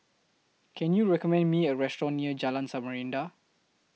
Can YOU recommend Me A Restaurant near Jalan Samarinda